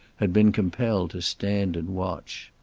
had been compelled to stand and watch.